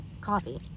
coffee